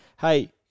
hey